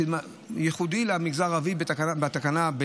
שהם ייחודיים למגזר הערבי בתקנה,